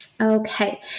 Okay